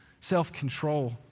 self-control